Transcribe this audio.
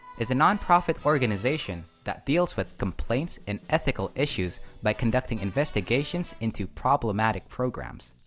is a non-profit organization that deals with complaints and ethical issues by conducting investigations into problematic programs.